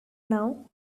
now